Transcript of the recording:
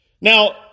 Now